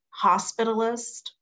hospitalist